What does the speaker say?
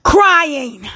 Crying